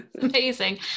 Amazing